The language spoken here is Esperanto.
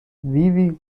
vivi